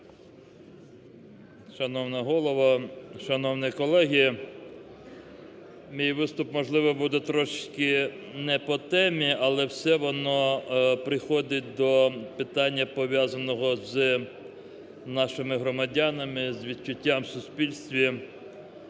Шановна Голова! Шановні колеги! Мій виступ, можливо, буде трошечки не по темі, але все воно приходить до питання пов'язаного з нашими громадянами, з відчуттям в суспільстві.